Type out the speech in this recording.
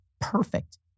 perfect